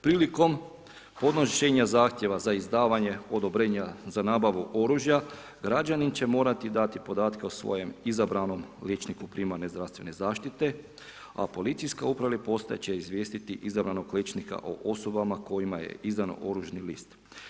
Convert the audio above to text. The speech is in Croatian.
Prilikom podnošenjem zahtjeva za izdavanje odobrenja za nabavu oružja građanin će morati dati podatke o svojem izabranom liječniku primarne zdravstvene zaštite, a policijska uprava ili postaja će izvijestiti izabranog liječnika o osobama kojima je izdan oružni list.